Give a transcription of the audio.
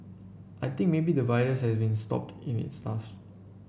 I think maybe the virus has been stopped in its tracks